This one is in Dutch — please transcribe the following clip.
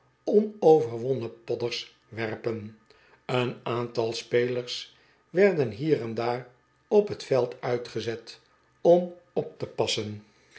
onoverwonnen podder werpen een aantal spelers werden hier en daar op het veld uitgezet om op te passen